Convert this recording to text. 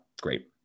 Great